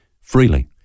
freely